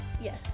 Yes